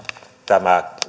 tämä